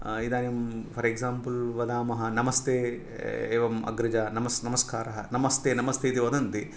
इदानीं for example वदामः नमस्ते एवं अग्रजा नमस् नमस्कारः नमस्ते नमस्ते इति वदन्ति